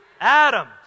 Adam